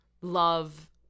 love